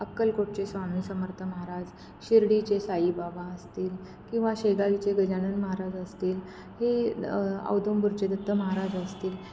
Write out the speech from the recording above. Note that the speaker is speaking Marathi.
अक्कलकोटचे स्वामीसमर्थ महाराज शिर्डीचे साईबाबा असतील किंवा शेगावीचे गजानन महाराज असतील हे औदुंबरचे दत्त महाराज असतील